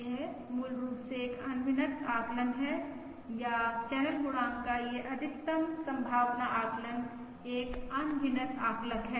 यह मूल रूप से एक अनभिनत आकलन है या चैनल गुणांक का यह अधिकतम संभावना आकलन एक अनभिनत आकलक है